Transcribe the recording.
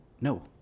No